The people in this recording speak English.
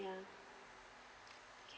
yeah